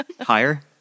Higher